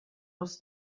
aus